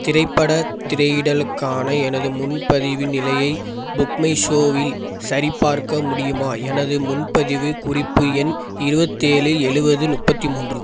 திரைப்படத் திரையிடலுக்கான எனது முன்பதிவின் நிலையை புக் மை ஷோவில் சரிபார்க்க முடியுமா எனது முன்பதிவுக் குறிப்பு எண் இருவத்தேழு எழுவது முப்பத்தி மூன்று